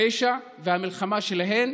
הפשע והמלחמה שלהן,